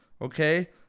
okay